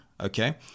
Okay